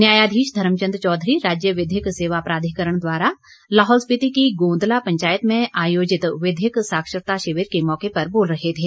न्यायाधीश धर्मचंद चौधरी राज्य विधिक सेवा प्राधिकरण द्वारा लाहौल स्पीति की गोंदला पंचायत में आयोजित विधिक साक्षरता शिविर के मौके पर बोल रहे थे